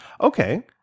Okay